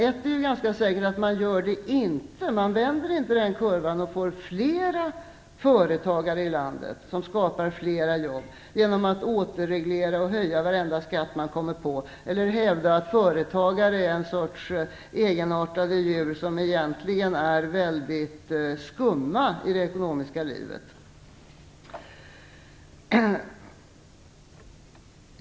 Ett är ändå ganska säkert, nämligen att man inte vänder kurvan, att man inte får fler företagare i landet som skapar fler jobb genom att återreglera och höja varenda skatt man kommer på eller genom att hävda att företagare är en sorts egenartade djur som egentligen är väldigt skumma i det ekonomiska livet.